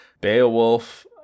Beowulf